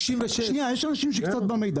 גם 96. רגע, יש אנשים שיש להם מידע.